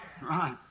Right